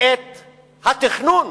את התכנון.